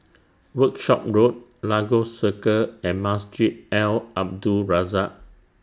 Workshop Road Lagos Circle and Masjid Al Abdul Razak